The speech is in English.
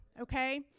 okay